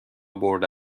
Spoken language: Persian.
برده